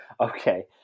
Okay